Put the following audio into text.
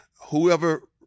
whoever